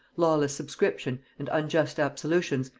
lawless subscription, and unjust absolutions,